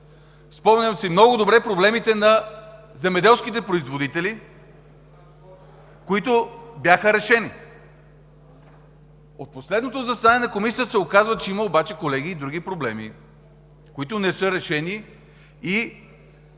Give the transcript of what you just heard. Спомням си много добре проблемите на земеделските производители, които бяха решени. От последното заседание на Комисията се оказва, колеги, че има обаче и други проблеми, които не са решени –